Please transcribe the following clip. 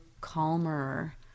calmer